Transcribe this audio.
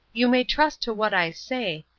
you may trust to what i say,